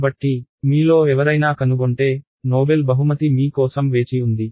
కాబట్టి మీలో ఎవరైనా కనుగొంటే నోబెల్ బహుమతి మీ కోసం వేచి ఉంది